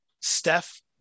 Steph